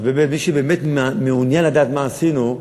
אז באמת, מי שבאמת מעוניין לדעת מה עשינו,